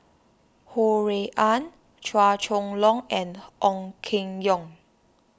Ho Rui An Chua Chong Long and Ong Keng Yong